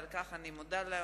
ועל כך אני מודה לשניהם,